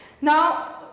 Now